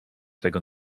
tego